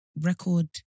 Record